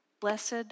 Blessed